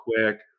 quick